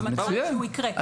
המטרה היא שהוא יקרה.